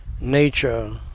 Nature